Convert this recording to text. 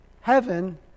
Heaven